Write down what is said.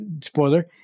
spoiler